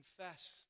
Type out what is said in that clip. confess